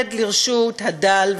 שעומד לרשות הדל,